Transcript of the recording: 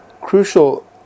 crucial